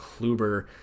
Kluber